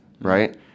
Right